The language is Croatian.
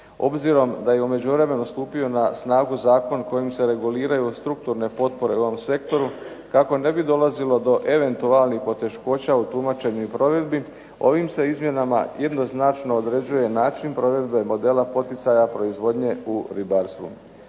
Obzirom da je u međuvremenu stupio na snagu zakon kojim se reguliraju strukturne potpore u ovom sektoru kako ne bi dolazilo do eventualnih poteškoća u tumačenju i provedbi ovim se izmjenama jednoznačno određuje način provedbe modela poticaja proizvodnje u ribarstvu.